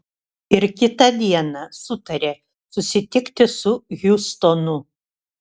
ir kitą dieną sutarė susitikti su hjustonu